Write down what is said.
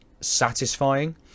satisfying